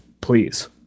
please